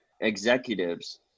Executives